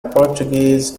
portuguese